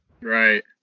Right